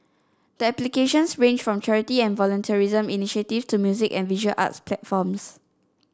the applications ranged from charity and volunteerism initiatives to music and visual arts platforms